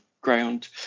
ground